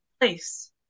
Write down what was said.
place